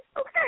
Okay